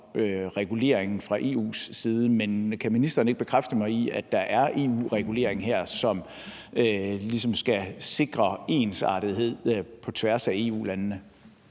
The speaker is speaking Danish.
reguleringen fra EU's side, men kan ministeren ikke bekræfte mig i, at der er EU-regulering her, som ligesom skal sikre ensartethed på tværs af EU-landene?